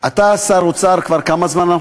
אתה שר האוצר כבר כמה זמן?